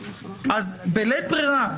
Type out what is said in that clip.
בלית ברירה,